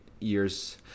years